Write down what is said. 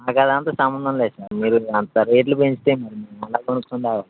మా కదంత సంబంధంలేదు సార్ మీరు అంత రేట్లు పెంచుతేే మరి ఎలా కొనుక్కుంటాం